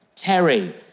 Terry